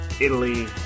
Italy